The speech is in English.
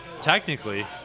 technically